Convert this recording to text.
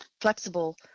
flexible